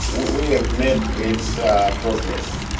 we ah made great progress,